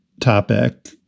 topic